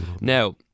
Now